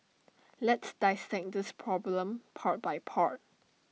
let's dissect this problem part by part